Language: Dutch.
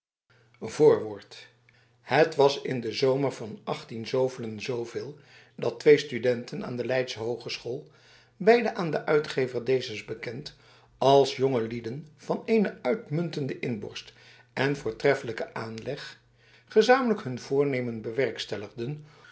dekama het was in den zomer vanen zooveel dat twee studenten aan de leidsche hoogeschool beiden aan den uitgever dezes bekend als jongelieden van een uitmuntende inborst en voortreffelijken aanleg gezamenlijk hun voornemen bewerkstelligden